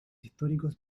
históricos